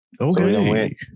Okay